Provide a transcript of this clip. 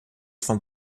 von